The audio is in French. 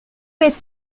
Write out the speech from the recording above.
est